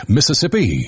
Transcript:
Mississippi